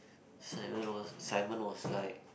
Simon was Simon was like